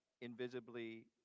invisibly